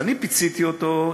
אז פיציתי אותו,